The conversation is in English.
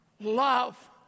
love